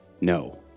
No